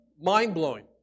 mind-blowing